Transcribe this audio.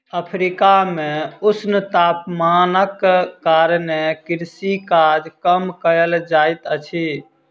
Africa मे ऊष्ण तापमानक कारणेँ कृषि काज कम कयल जाइत अछि